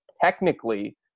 technically